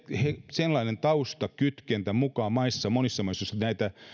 sellainen taustakytkentä mukaan monissa maissa joissa näitä